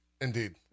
Indeed